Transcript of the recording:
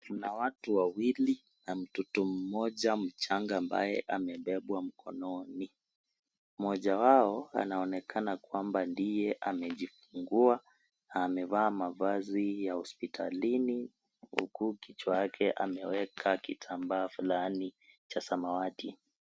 Kuna watu wawili na mtoto mmoja mchanga ambaye amebebwa mkononi, mmoja wao anaonekana kwamba ndiye amejifungua na amevaa mavazi ya hospitalini huku kichwa yake ameweka kitambaa fulani cha samawati.